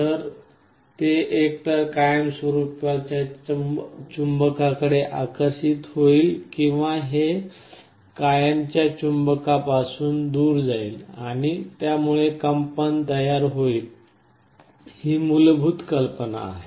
तर ते एकतर कायमस्वरुपाच्या चुंबकाकडे आकर्षित होईल किंवा हे कायमच्या चुंबकापासून दूर जाईल आणि त्यामुळे कंपन तयार होईल ही मूलभूत कल्पना आहे